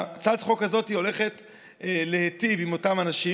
הצעת החוק הזאת הולכת להיטיב עם אותם אנשים